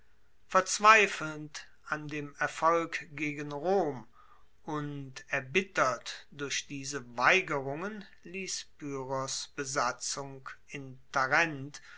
verzweifelnd an dem erfolg gegen rom und erbittert durch diese weigerungen liess pyrrhos besatzung in tarent